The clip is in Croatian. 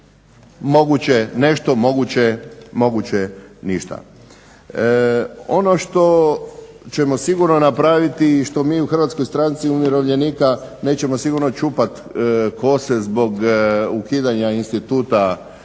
moguće nešto moguće ništa. Ono što ćemo sigurno napraviti i što mi u Hrvatskoj stranci umirovljenika nećemo sigurno čupat kose zbog ukidanja instituta netočnog,